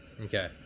Okay